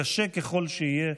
קשה ככל שיהיה,